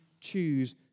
choose